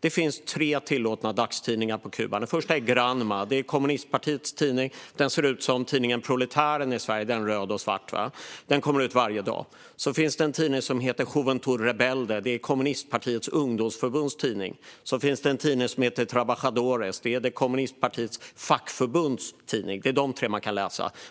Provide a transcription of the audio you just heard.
Det finns tre tillåtna dagstidningar på Kuba. Den första är Granma - det är kommunistpartiets tidning. Den ser ut som tidningen Proletären i Sverige; den är röd och svart. Den kommer ut varje dag. Den andra dagstidningen är Juventud Rebelde. Det är kommunistpartiets ungdomsförbunds tidning. Den tredje är en tidning som heter Trabajadores. Det är kommunistpartiets fackförbunds tidning. Det är dessa tre man kan läsa.